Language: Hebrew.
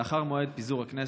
לאחר מועד פיזור הכנסת,